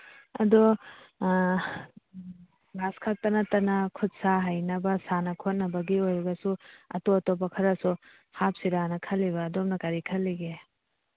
ꯑꯗꯣ ꯀ꯭ꯂꯥꯁꯈꯛꯇ ꯅꯠꯇꯅ ꯈꯨꯠ ꯁꯥ ꯍꯩꯅꯕ ꯁꯥꯟꯅ ꯈꯣꯠꯅꯕꯒꯤ ꯑꯣꯏꯕꯁꯨ ꯑꯇꯣꯞ ꯑꯇꯣꯞꯄ ꯈꯔꯁꯨ ꯍꯥꯞꯁꯤꯔꯥ ꯈꯜꯂꯤꯕ ꯑꯗꯣꯝꯅ ꯀꯔꯤ ꯈꯜꯂꯤꯒꯦ